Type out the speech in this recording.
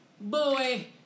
Boy